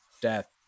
death